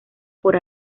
por